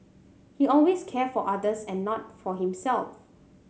he always cares for others and not for himself